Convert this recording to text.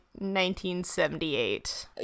1978